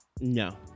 No